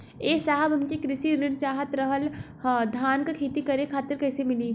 ए साहब हमके कृषि ऋण चाहत रहल ह धान क खेती करे खातिर कईसे मीली?